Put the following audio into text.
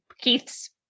Keith's